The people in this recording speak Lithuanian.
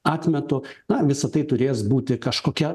atmetu na visą tai turės būti kažkokia